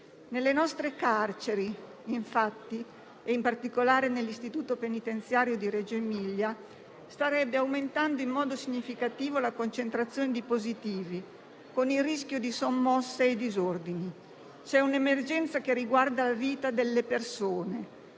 Nelle nostre carceri, e in particolare nell'istituto penitenziario di Reggio Emilia, starebbe aumentando in modo significativo la concentrazione di positivi, con il rischio di sommosse e disordini. C'è un'emergenza che riguarda la vita delle persone